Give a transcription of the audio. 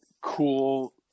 cool